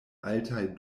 altaj